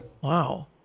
Wow